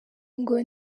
ngo